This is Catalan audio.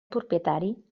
propietari